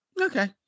Okay